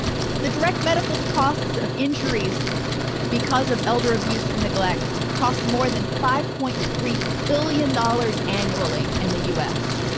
the direct medical costs of injuries because of elder abuse and neglect cost more than five point three billion dollars annually in the u s.